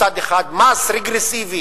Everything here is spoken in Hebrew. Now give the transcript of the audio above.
מס רגרסיבי